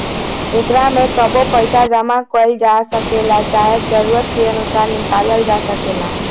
एकरा में कबो पइसा जामा कईल जा सकेला, चाहे जरूरत के अनुसार निकलाल जा सकेला